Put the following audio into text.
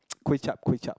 kway-zhap kway-zhap